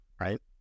right